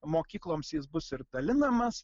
mokykloms jis bus ir dalinamas